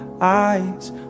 eyes